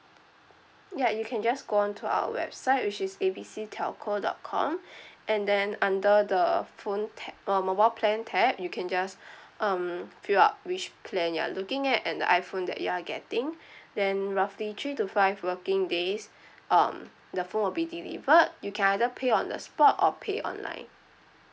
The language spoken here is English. ya you can just go on to our website which is A B C telco dot com and then under the phone ta~ uh mobile plan tab you can just um fill up which plan you are looking at and the iPhone that you are getting then roughly three to five working days um the phone will be delivered you can either pay on the spot or pay online